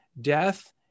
death